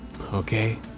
Okay